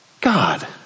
God